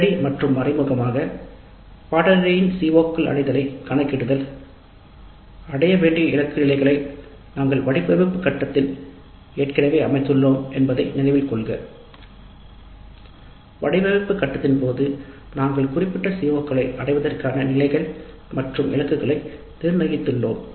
நேரடி மற்றும் மறைமுகமாக பாடத்தின் சிஓக்கள் அடையலை கணக்கிடுதல் அடைய வேண்டிய இலக்கு நிலைகளை நாங்கள் வடிவமைப்பு கட்டத்தில் ஏற்கனவே அமைத்துள்ளோம் என்பதை நினைவில் கொள்க வடிவமைப்பு கட்டத்தின் போது நாங்கள் குறிப்பிட்ட CO களை அடைவதற்கான நிலைகள் மற்றும் இலக்கை நிர்ணயித்துள்ளோம்